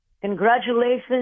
Congratulations